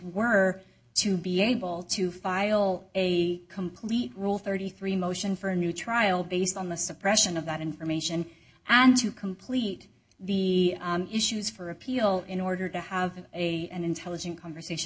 were to be able to file a complete rule thirty three motion for a new trial based on the suppression of that information and to complete the issues for appeal in order to have a an intelligent conversation